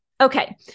Okay